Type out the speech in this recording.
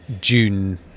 June